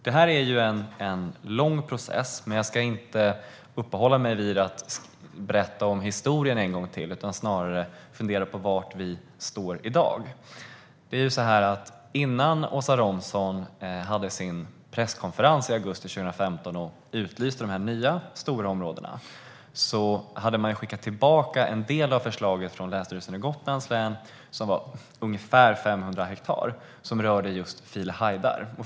Detta är en lång process, men jag ska inte uppehålla mig vid och berätta historien en gång till utan snarare säga något om var vi står i dag. Innan Åsa Romson hade sin presskonferens i augusti 2015, då hon utlyste de nya stora områdena, hade man skickat tillbaka en del av förslaget från Länsstyrelsen i Gotlands län. Det handlade om ungefär 500 hektar och rörde Filehajdar.